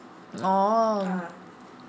orh